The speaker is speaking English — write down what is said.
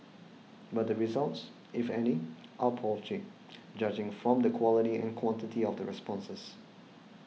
but the results if any are paltry judging from the quality and quantity of the responses